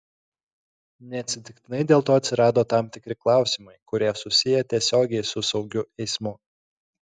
neatsitiktinai dėl to atsirado tam tikri klausimai kurie susiję tiesiogiai su saugiu eismu